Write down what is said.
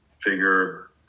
figure